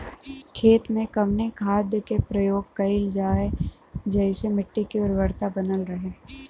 खेत में कवने खाद्य के प्रयोग कइल जाव जेसे मिट्टी के उर्वरता बनल रहे?